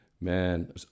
man